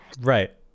right